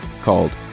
called